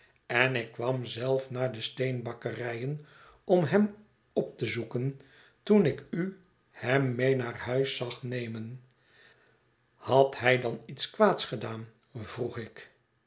en ik kwam zelf naar de steenbakkerijen om hem op te zoeken toen ik u hem mee naar huis zag nemen had hij dan iets kwaads gedaan vroeg ik